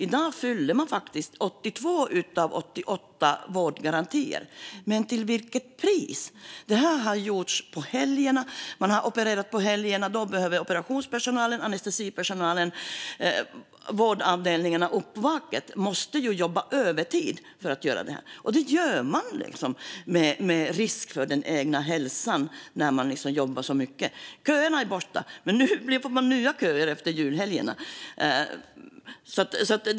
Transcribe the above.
I dag uppfyller man faktiskt 82 av 88 vårdgarantier, men till vilket pris? Detta har gjorts på helgerna. Man har opererat på helgerna, och då måste operationspersonalen, anestesipersonalen, vårdavdelningarna och uppvaket jobba övertid. Och det gör man, med risk för den egna hälsan. Köerna är borta, men nu får man nya köer efter julhelgerna.